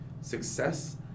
success